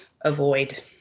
avoid